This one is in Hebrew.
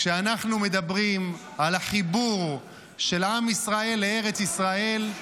כשאנחנו מדברים על החיבור של עם ישראל לארץ ישראל,